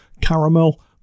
caramel